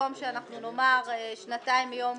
שבמקום שאנחנו נאמר "שנתיים מיום